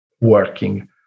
working